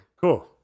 Cool